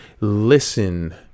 listen